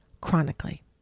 chronically